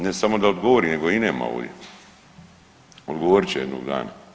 Ne samo da odgovori nego ga i nema ovdje, odgovorit će jednog dana.